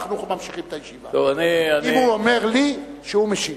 אנחנו ממשיכים את הישיבה אם הוא אומר לי שהוא משיב.